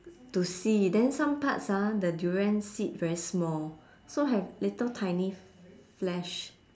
to see then some parts ah the durian seed very small so have little tiny flesh